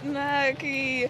na kai